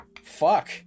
Fuck